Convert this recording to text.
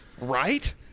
Right